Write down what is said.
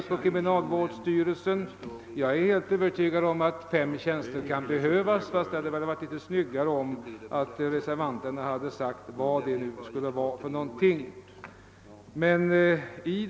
I och för sig tror jag säkert att det finns behov av mer tjänstemän, men jag tycker att det hade varit trevligare om reservanterna hade skrivit vad de avsåg med dem.